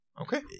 Okay